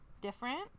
different